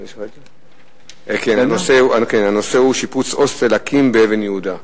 הנושא הוא: שיפוץ הוסטל אקי"ם באבן-יהודה.